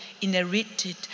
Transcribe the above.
inherited